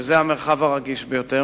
וזה המרחב הרגיש ביותר,